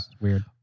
weird